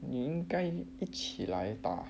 你应该一起来打